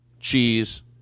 Cheese